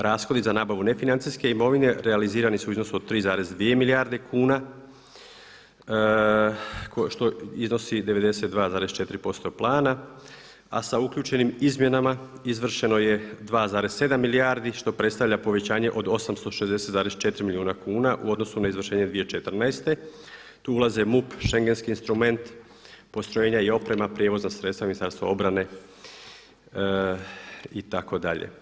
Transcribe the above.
Rashodi za nabavu nefinancijske imovine realizirani su u iznosu od 3,2 milijarde kuna što iznosi 92,4% plana a sa uključenim izmjenama izvršeno je 2,7 milijardi što predstavlja povećanje od 860,4 milijuna kuna u odnosu na izvršenje 2014. tu ulaze MUP, šengenski instrument, postrojenja i oprema prijevoza sredstava Ministarstva obrane itd.